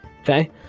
Okay